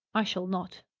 i shall not.